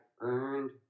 earned